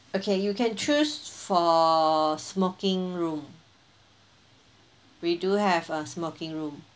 okay you can choose for smoking room we do have a smoking room